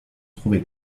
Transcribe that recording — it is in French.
trouver